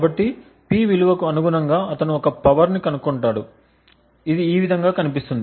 కాబట్టి P విలువకు అనుగుణంగా అతను ఒక పవర్ని కనుగొంటాడు ఇది ఈ విధంగా కనిపిస్తుంది